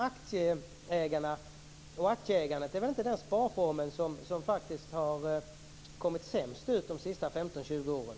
Aktieägandet är väl som sagt inte den sparform som har kommit sämst ut de senaste 15-20 åren?